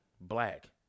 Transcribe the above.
black